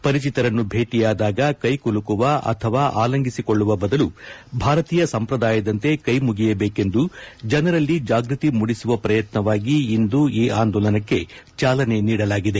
ಪರಿಚಿತರನ್ನು ಭೇಟಿಯಾದಾಗ ಕೈಕುಲುಕುವ ಅಥವಾ ಆಲಂಗಿಸಿಕೊಳ್ಳುವ ಬದಲು ಭಾರತೀಯ ಸಂಪ್ರದಾಯದಂತೆ ಕೈ ಮುಗಿಯಬೇಕೆಂದು ಜನರಲ್ಲಿ ಜಾಗೃತಿ ಮೂಡಿಸುವ ಪ್ರಯತ್ನವಾಗಿ ಇಂದು ಈ ಆಂದೋಲನಕ್ಕೆ ಚಾಲನೆ ನೀಡಲಾಗಿದೆ